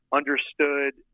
understood